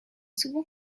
souvent